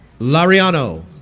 laureano